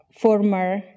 former